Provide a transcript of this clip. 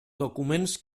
documents